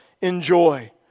enjoy